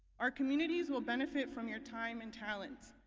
our communities will benefit from your time and talents.